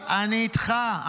אני איתך.